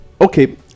okay